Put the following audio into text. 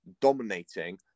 dominating